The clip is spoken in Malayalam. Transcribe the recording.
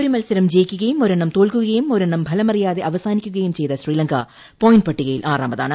ഒരു മത്സരം ജയിക്കുകയും ഒരെണ്ണം തോൽക്കുകയും ഒരെണ്ണം ഫലമറിയാതെ അവസാനിക്കുകയും ചെയ്ത ശ്രീലങ്ക പോയിന്റ് പട്ടികയിൽ ആറാമതാണ്